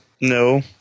No